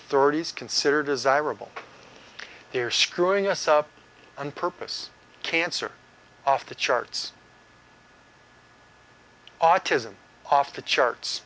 authorities consider desirable here screwing us up on purpose cancer off the charts autism off the charts